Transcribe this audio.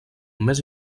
més